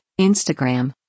Instagram